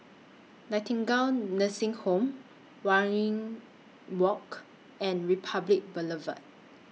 Nightingale Nursing Home Waringin Walk and Republic Boulevard